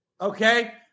Okay